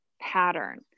pattern